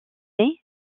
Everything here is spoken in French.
année